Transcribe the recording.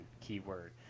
keyword